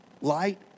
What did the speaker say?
light